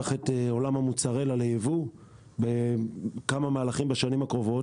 את עולם המוצרלה לייבוא בכמה מהלכים בשנים הקרובות.